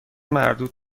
مردود